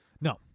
No